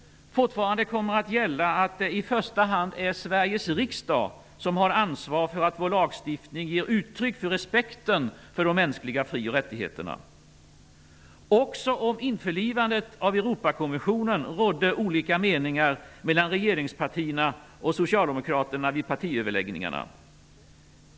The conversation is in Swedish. Fortfarande kommer att gälla att det i första hand är Sveriges riksdag som har ansvar för att vår lagstiftning ger uttryck för respekten för de mänskliga fri och rättigheterna. Också om införlivandet av Europakonventionen rådde olika meningar mellan regeringspartierna och Socialdemokraterna vid partiöverläggningarna.